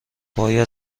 باید